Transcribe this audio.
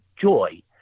joy